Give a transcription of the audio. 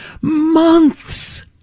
months